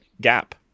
gap